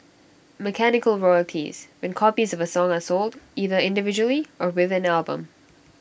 mechanical royalties when copies of A song are sold either individually or with an album